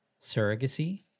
surrogacy